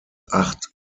acht